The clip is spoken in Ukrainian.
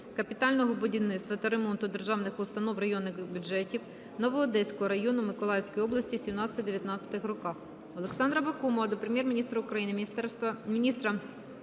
капітального будівництва та ремонту державних установ, районних бюджетів Новоодеського району Миколаївської області 2017-2019 роках.